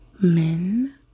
Men